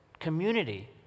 Community